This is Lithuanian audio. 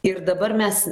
ir dabar mes